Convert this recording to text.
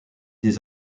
des